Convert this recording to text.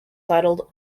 titled